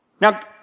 Now